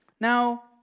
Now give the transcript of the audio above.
Now